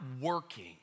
working